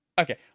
Okay